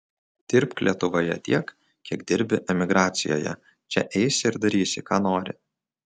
dirbk lietuvoje tiek kiek dirbi emigracijoje čia eisi ir darysi ką nori